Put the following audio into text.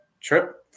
Trip